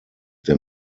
der